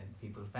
People